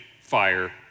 fire